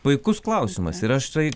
puikus klausimas ir aš štai